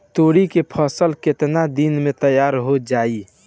तोरी के फसल केतना दिन में तैयार हो जाई?